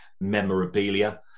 memorabilia